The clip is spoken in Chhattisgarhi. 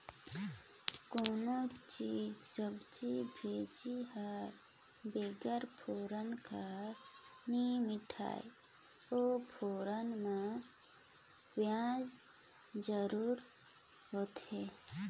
कोनोच सब्जी भाजी हर बिगर फोरना कर नी मिठाए अउ फोरना में पियाज जरूरी होथे